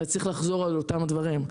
צריך לחזור על אותם דברים.